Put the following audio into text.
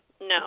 no